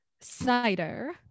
Snyder